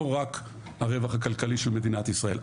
לא רק הרווח הכלכלי של מדינת ישראל.